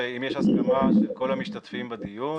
שאם יש הסכמה בין כל המשתתפים בדיון